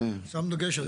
שמנו דגש.